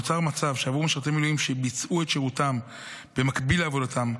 נוצר מצב שעבור משרתי מילואים שביצעו את שירותם במקביל לעבודתם,